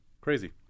Crazy